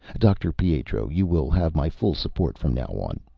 dr. pietro, you will have my full support from now on.